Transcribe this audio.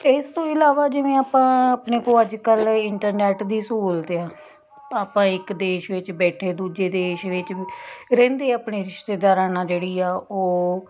ਇਸ ਤੋਂ ਇਲਾਵਾ ਜਿਵੇਂ ਆਪਾਂ ਆਪਣੇ ਕੋਲ ਅੱਜ ਕੱਲ੍ਹ ਇੰਟਰਨੈੱਟ ਦੀ ਸਹੂਲਤ ਆ ਆਪਾਂ ਇੱਕ ਦੇਸ਼ ਵਿੱਚ ਬੈਠੇ ਦੂਜੇ ਦੇਸ਼ ਵਿੱਚ ਰਹਿੰਦੇ ਆਪਣੇ ਰਿਸ਼ਤੇਦਾਰਾਂ ਨਾਲ਼ ਜਿਹੜੀ ਆ ਉਹ